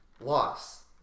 loss